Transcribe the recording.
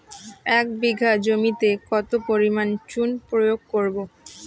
এক বিঘা জমিতে কত পরিমাণ চুন প্রয়োগ করব?